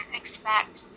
expect